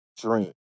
dream